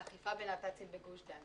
אכיפה בנת"צים בגוש דן